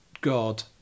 God